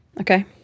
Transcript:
okay